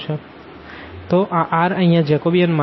તો આ r અહિયાં જેકોબિયન માટે છે